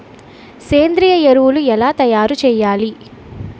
సేంద్రీయ ఎరువులు ఎలా తయారు చేయాలి?